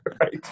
right